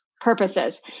purposes